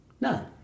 None